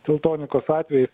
teltonikos atvejis